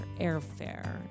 airfare